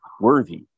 worthy